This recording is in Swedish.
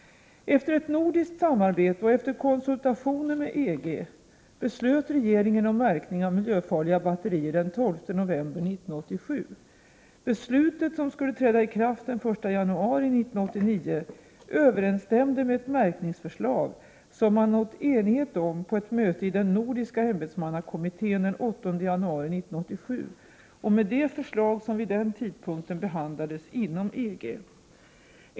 Efter ett nordiskt samarbete och efter konsultationer med EG beslöt regeringen om märkning av miljöfarliga batterier den 12 november 1987. Beslutet, som skulle träda i kraft den 1 januari 1989, överensstämde med ett märkningsförslag som man uppnått enighet om på ett möte i den nordiska ämbetsmannakommittén den 8 januari 1987 och med det förslag som vid den tidpunkten behandlades inom EG.